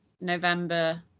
november